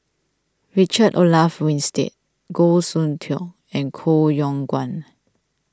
Richard Olaf Winstedt Goh Soon Tioe and Koh Yong Guan